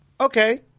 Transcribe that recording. Okay